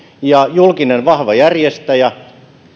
ja julkinen vahva järjestäjä